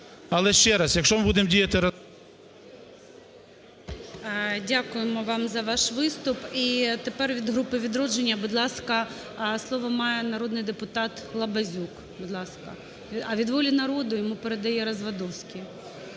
Але ще раз, якщо ми будемо діяти… ГОЛОВУЮЧИЙ. Дякуємо вам за ваш виступ. І тепер від групи "Відродження", будь ласка, слово має народний депутат Лабазюк, будь ласка. А! Від "Волі народу" йому передає Развадовський,